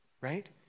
right